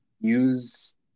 use